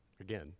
again